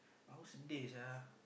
aku sedih sia